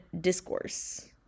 discourse